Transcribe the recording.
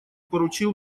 поручил